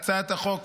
הצעת החוק